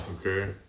Okay